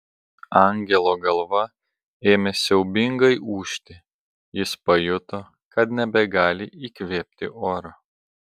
angelo galva ėmė siaubingai ūžti jis pajuto kad nebegali įkvėpti oro